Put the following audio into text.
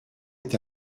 est